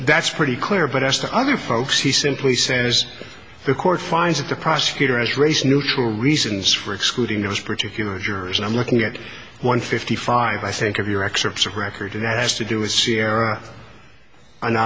that's pretty clear but as to other folks he simply says the court finds that the prosecutor is race neutral reasons for excluding those particular jurors i'm looking at one fifty five i think of your excerpts of record that has to do with sierra and